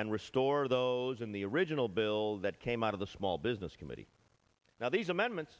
and restore those in the original bill that came out of the small business committee now these amendments